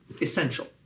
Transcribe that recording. essential